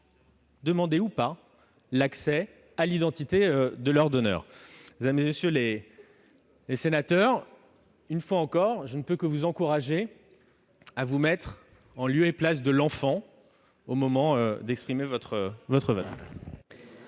demander ou non l'identité de leur donneur. Mesdames, messieurs les sénateurs, une fois encore, je ne peux que vous encourager à vous mettre à la place de l'enfant au moment d'exprimer votre vote.